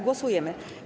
Głosujemy.